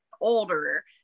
older